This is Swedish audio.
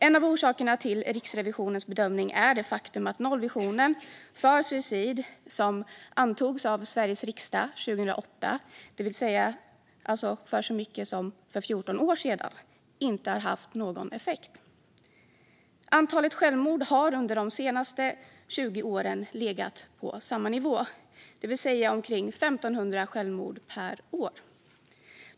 En av orsakerna till Riksrevisionens bedömning är det faktum att nollvisionen för suicid som antogs av Sveriges riksdag 2008, alltså för så länge som 14 år sedan, inte har haft någon effekt. Antalet självmord har under de senaste 20 åren legat på samma nivå, det vill säga omkring 1 500 självmord per år.